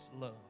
love